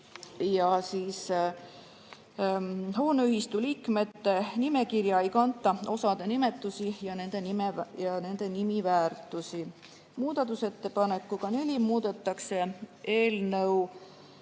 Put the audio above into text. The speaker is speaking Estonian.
erand: hooneühistu liikmete nimekirja ei kanta osade nimetusi ja nende nimiväärtusi. Muudatusettepanekuga nr 4 muudetakse eelnõu